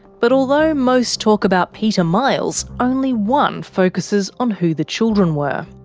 but although most talk about peter miles, only one focuses on who the children were.